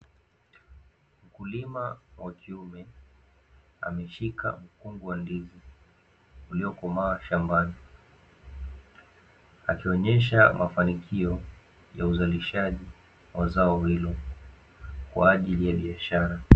Mkulima wa kiume ameshika mkungu wa ndizi uliokomaa shambani, akionyesha mafanikio ya uzalishaji wa zao hilo kwa ajili ya biashara.